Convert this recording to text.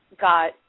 got